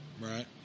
Right